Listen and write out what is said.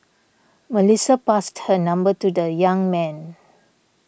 Melissa passed her number to the young man